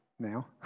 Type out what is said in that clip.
now